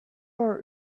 our